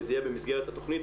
וזה יהיה במסגרת התכנית,